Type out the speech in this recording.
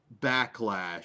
backlash